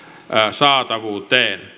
saatavuuteen